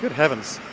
heavens